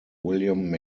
william